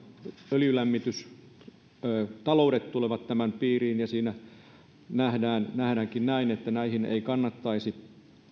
öljylämmitystaloudet tulevat tämän piiriin ja siinä nähdäänkin näin että niihin ei kannattaisi